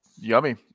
yummy